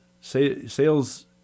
sales